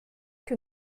que